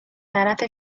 طرف